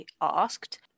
asked